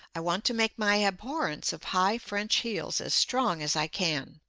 i want to make my abhorrence of high french heels as strong as i can.